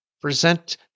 present